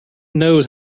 knows